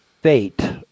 fate